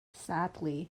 sadly